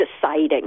deciding